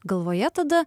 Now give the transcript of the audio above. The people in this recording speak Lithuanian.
galvoje tada